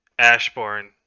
Ashborn